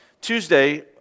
Tuesday